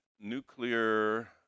nuclear